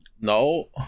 No